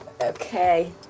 Okay